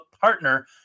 partner